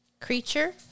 Creature